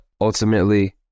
ultimately